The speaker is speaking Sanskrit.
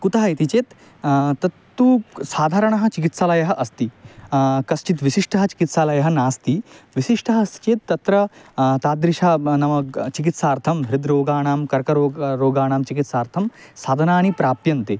कुतः इति चेत् तत्तु क् साधारणः चिकित्सालयः अस्ति कश्चित् विशिष्टः चिकित्सालयः नास्ति विशिष्टः अस्ति चेत् तत्र तादृशं म नाम चिकित्सार्थं हृद्रोगाणां कर्करोगः रोगाणां चिकित्सार्थं साधनानि प्राप्यन्ते